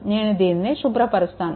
నేను దీనిని శుభ్రపరుస్తాను